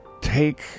take